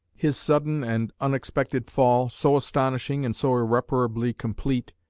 his sudden and unexpected fall, so astonishing and so irreparably complete,